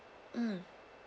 mm